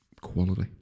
quality